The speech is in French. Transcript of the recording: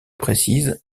précises